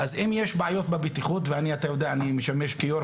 אם יש בעיות בבטיחות ואתה יודע שאני משמש כיושב-ראש